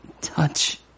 touch